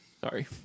Sorry